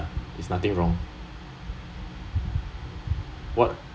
ya it's nothing wrong what